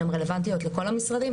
שהן רלוונטיות לכל המשרדים,